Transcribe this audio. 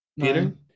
Peter